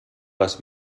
les